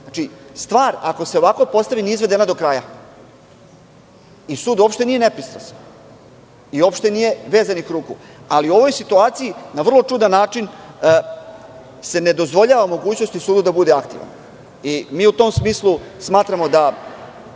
Znači, stvar ako se ovako postavi nije izvedena do kraja i sud uopšte nije nepristrasan i uopšte nije vezanih ruku, ali u ovoj situaciji na vrlo čudan način se ne dozvoljava mogućnost sudu da bude aktivan. Mi u tom smislu smatramo da